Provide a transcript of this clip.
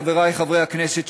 חברי חברי הכנסת,